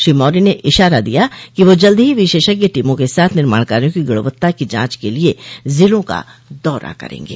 श्री मौर्य ने इशारा दिया कि वह जल्द ही विशेषज्ञ टीमों के साथ निर्माण कार्यो की गुणवत्ता की जांच के लिये ज़िलों का दौरा करेंगे